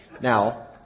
Now